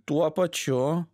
tuo pačiu